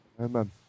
Amen